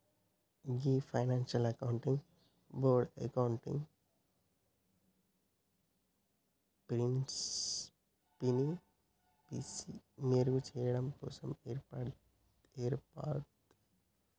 గీ financial accounting board accounting ప్రిన్సిపిల్సి మెరుగు చెయ్యడం కోసం ఏర్పాటయింది